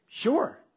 Sure